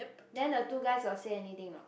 then the two guys got say anything not